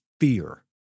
fear